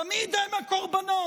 תמיד הם הקורבנות.